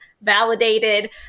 Validated